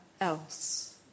else